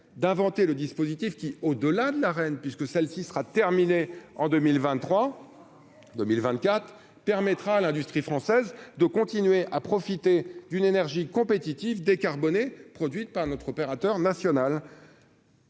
d'inventer le dispositif qui, au delà de la reine, puisque celle-ci sera terminée en 2023 2000 permettra à l'industrie française de continuer à profiter d'une énergie compétitive décarbonés produite par notre opérateur national.